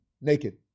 naked